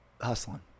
hustling